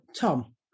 Tom